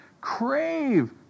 crave